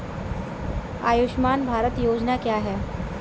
आयुष्मान भारत योजना क्या है?